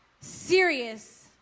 serious